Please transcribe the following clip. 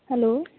hello